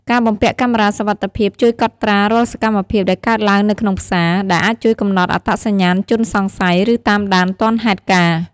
ការបំពាក់កាមេរ៉ាសុវត្ថិភាពជួយកត់ត្រារាល់សកម្មភាពដែលកើតឡើងនៅក្នុងផ្សារ ដែលអាចជួយកំណត់អត្តសញ្ញាណជនសង្ស័យ ឬតាមដានទាន់ហេតុការណ៍។